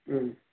అ